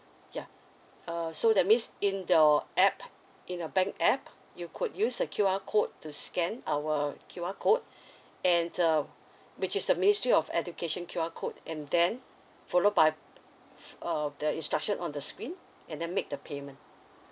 yeah uh so that means in your app in your bank app you could use a Q_R code to scan our Q_R code and um which is the ministry of education Q_R code and then followed by uh the instruction on the screen and then make the payment